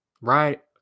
right